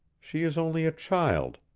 she is only a child.